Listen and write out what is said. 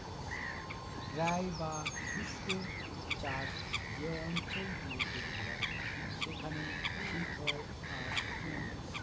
dry বা শুস্ক চাষ যে অঞ্চল গুলোতে হয় সেখানে শীত হয় আর শুকনো হয়